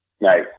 Nice